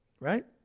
Right